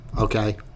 okay